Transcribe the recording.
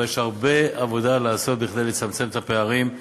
אבל יש הרבה עבודה לעשות כדי לצמצם את הפערים.